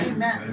Amen